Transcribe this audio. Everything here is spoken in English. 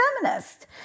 feminist